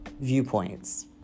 viewpoints